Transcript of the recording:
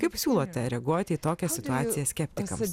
kaip siūlote reaguoti į tokią situaciją skeptikams